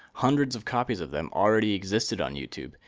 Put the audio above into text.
hundreds of copies of them already existed on youtube,